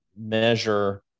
measure